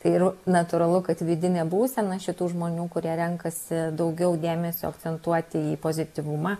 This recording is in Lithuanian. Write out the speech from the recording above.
tai ir natūralu kad vidinė būsena šitų žmonių kurie renkasi daugiau dėmesio akcentuoti į pozityvumą